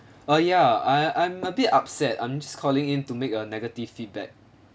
uh ya I I'm a bit upset I'm just calling in to make a negative feedback